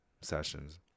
sessions